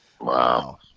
Wow